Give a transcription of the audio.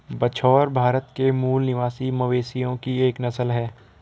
बछौर भारत के मूल निवासी मवेशियों की एक नस्ल है